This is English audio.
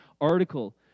article